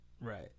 Right